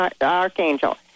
archangel